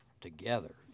together